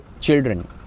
children